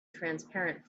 transparent